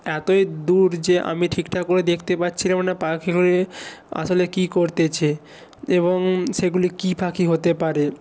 এতোই দূর যে আমি ঠিকঠাক করে দেখতে পাচ্ছিলাম না পাখিগুলি আসলে কী করতেছে এবং সেগুলি কী পাখি হতে পারে